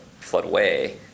floodway